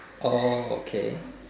oh okay